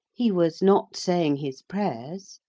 he was not saying his prayers,